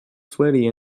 sweaty